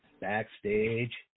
backstage